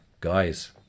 guys